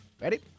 Ready